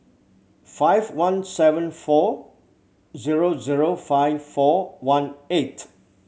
five one seven four zero zero five four one eight